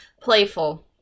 Playful